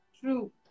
True